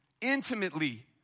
intimately